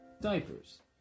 diapers